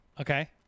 Okay